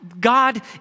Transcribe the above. God